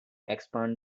expand